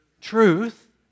truth